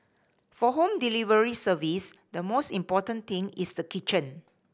for home delivery service the most important thing is the kitchen